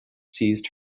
seized